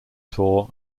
tour